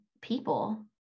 people